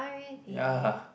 ya